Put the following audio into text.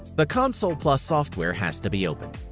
the console plus software has to be open.